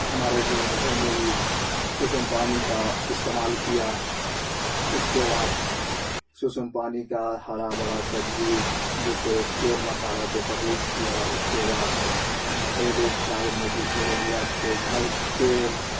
ہمارے گھر میں ہی سسم پانی کا استعمال کیا اس کے بعد سسم پانی کا ہرا بھرا سبزی جیسے تیل مسالہ سے پرہیز کیا اس کے بعد گھریلو اپچار میں جیسے ہو گیا آپ کو گھر تیل